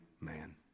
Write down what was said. man